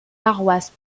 paroisses